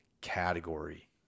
category